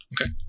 Okay